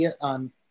on